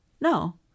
No